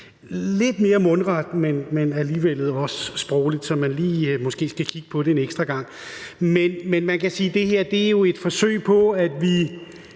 lidt mere mundret, men alligevel også sprogligt sådan, at man lige måske skal kigge på det en ekstra gang. Men man kan sige, at det her jo er et forsøg på at give